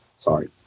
Sorry